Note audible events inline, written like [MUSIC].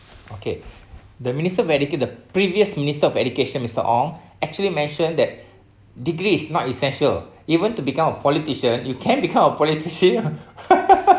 okay the minister of edu~ the previous minister of education mister ong actually mention that degree is not essential even to become a politician you can become a politician [LAUGHS]